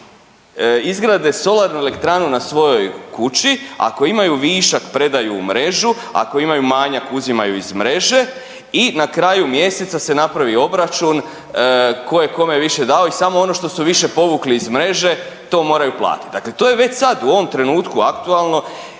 izgrade solarnu elektranu izgrade na svojoj kući ako imaju višak predaju u mrežu, ako imaju manjak uzimaju iz mreže i na kraju mjeseca se napravi obračun tko je kome više dao i samo ono što su više povukli iz mreže to moraju platiti. Dakle, to već sad u ovom trenutku aktualno,